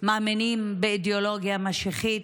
מאמינים באידיאולוגיה משיחית,